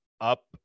up